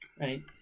Right